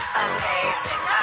amazing